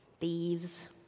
thieves